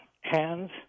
hands